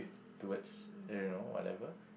towards you know whatever